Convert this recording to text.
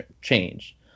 change